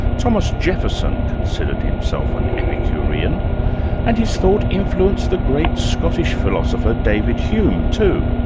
thomas jefferson considered himself an epicurean and his thought influenced the great scottish philosopher, david hume, too.